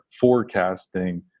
forecasting